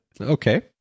Okay